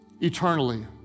eternally